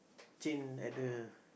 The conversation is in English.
change at the